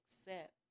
accept